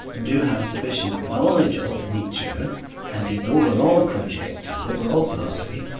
do have sufficient knowledge of nietzsche and his overall project, his overall philosophy,